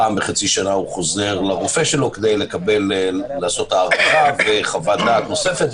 פעם בחצי שנה הוא חוזר לרופא שלו כדי לעשות הערכה וחוות-דעת נוספת,